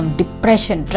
depression